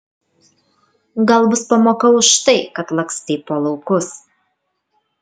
gal bus pamoka už tai kad lakstei po laukus